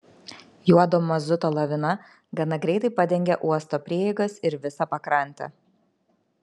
juodo mazuto lavina gana greitai padengė uosto prieigas ir visą pakrantę